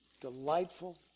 delightful